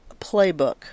playbook